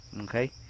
Okay